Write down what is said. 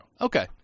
Okay